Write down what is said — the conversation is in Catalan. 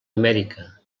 amèrica